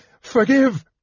Forgive